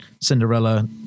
Cinderella